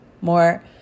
more